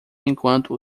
enquanto